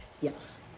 yes